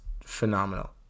phenomenal